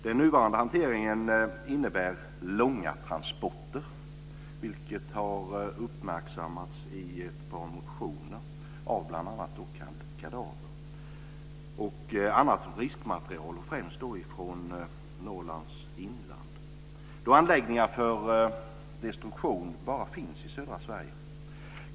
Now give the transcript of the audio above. Den nuvarande hanteringen innefattar, vilket har uppmärksammats i ett par motioner, långa transporter av bl.a. kadaver och annat riskmaterial, främst från Norrlands inland, då anläggningar för destruktion finns bara i södra Sverige.